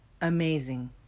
amazing